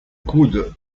coudes